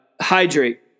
hydrate